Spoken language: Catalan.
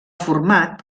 format